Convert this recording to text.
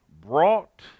brought